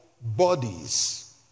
bodies